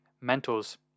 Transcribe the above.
mentors